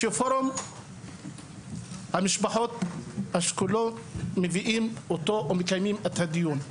שפורום המשפחות השכולות מביאים אותו או מקיימים את הדיון,